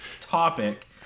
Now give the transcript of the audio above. topic